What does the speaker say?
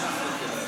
אתה.